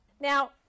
Now